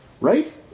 Right